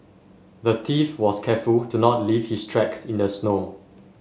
the thief was careful to not leave his tracks in the snow